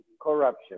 corruption